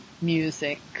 music